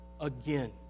again